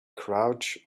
crouch